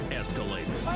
escalated